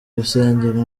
gusengera